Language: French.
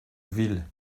ville